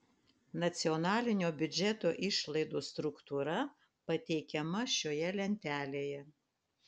nacionalinio biudžeto išlaidų struktūra pateikiama šioje lentelėje